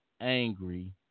angry